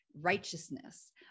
righteousness